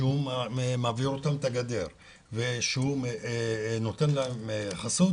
שהוא מעביר אותם את הגדר ושהוא נותן להם חסות